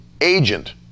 agent